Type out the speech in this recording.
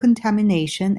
contamination